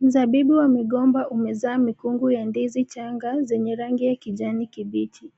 Mzabibu wa migomba umezaa mikungu ya ndizi changa zenye rangi ya kijani kibichi.